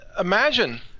imagine